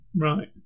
Right